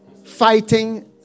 fighting